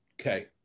Okay